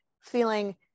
feeling